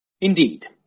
Indeed